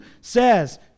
says